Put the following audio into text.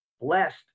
blessed